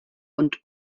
und